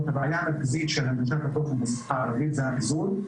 הבעיה המרכזית של הנגשת התוכן בשפה הערבית זה הביזור,